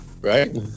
Right